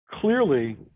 Clearly